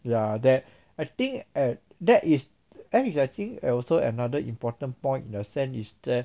yeah that I think at that is I think I also another important point in the sense is that